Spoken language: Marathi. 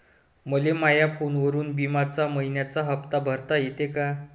मले माया फोनवरून बिम्याचा मइन्याचा हप्ता भरता येते का?